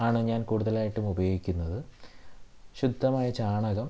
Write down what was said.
ആണ് ഞാൻ കൂടുതലായിട്ടും ഉപയോഗിക്കുന്നത് ശുദ്ധമായ ചാണകം